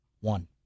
one